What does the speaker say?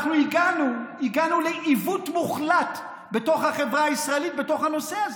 אנחנו הגענו לעיוות מוחלט בתוך החברה הישראלית בנושא הזה,